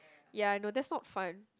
ya I know that's not fun